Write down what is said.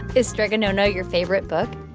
is strega nona your favorite book?